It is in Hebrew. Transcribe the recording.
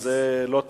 אז זה לא תקין.